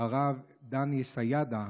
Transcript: הרב דני סיידה,